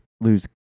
lose